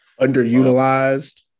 underutilized